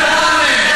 אין משוררים?